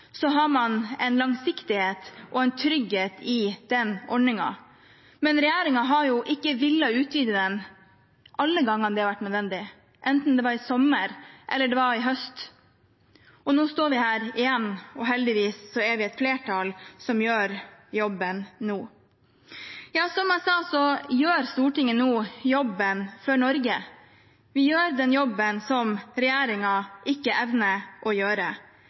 har man en langsiktighet og en trygghet i den ordningen. Men regjeringen har jo ikke villet utvidet den alle gangene det har vært nødvendig, enten det var i sommer, eller det var i høst. Nå står vi her igjen, og heldigvis er det et flertall som gjør jobben nå. Som jeg sa, gjør Stortinget nå jobben for Norge. Vi gjør den jobben som regjeringen ikke evner å gjøre.